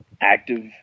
active